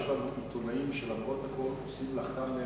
יש עיתונאים שלמרות הכול עושים מלאכתם נאמנה.